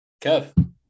Kev